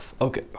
Okay